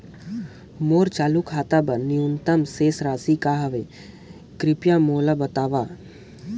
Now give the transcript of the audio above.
मोर चालू खाता बर न्यूनतम शेष राशि का हवे, कृपया मोला बतावव